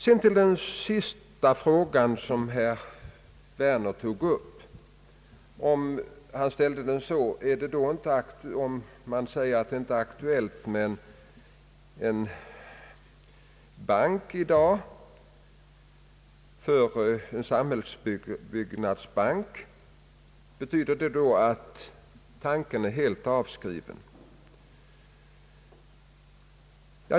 Herr Werner ställde slutligen frågan om en sambhällsbyggnadsbank. Herr Werner frågade: Om en samhällsbyggnadsbank inte är aktuell i dag, betyder det då att tanken på en sådan är helt avskriven?